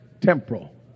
temporal